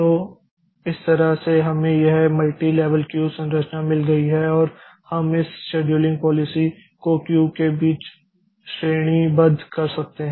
तो इस तरह से हमें यह मल्टीलेवल क्यू संरचना मिल गई है और हम इस शेड्यूलिंग पॉलिसी को क्यू के बीच श्रेणीबद्ध कर सकते हैं